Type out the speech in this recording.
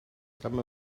dyma